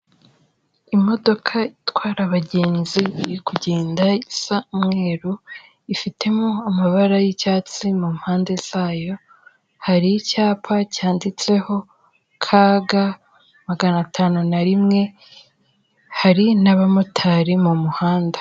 Imodoka itwara abagenzi iri kugenda isa umweru ifitemo amabara y'icyatsi mu mpande zayo, hari icyapa cyanditseho KG magana atanu na rimwe, hari n'abamotari mu muhanda.